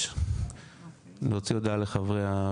17:00 להוציא הודעה לחברי הכנסת,